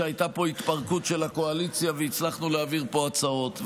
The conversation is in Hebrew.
כשהייתה פה התפרקות של הקואליציה והצלחנו להעביר פה הצעות.